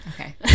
Okay